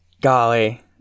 Golly